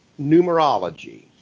numerology